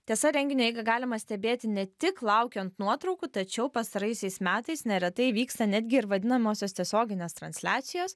tiesa renginio eigą galima stebėti ne tik laukiant nuotraukų tačiau pastaraisiais metais neretai vyksta netgi ir vadinamosios tiesioginės transliacijos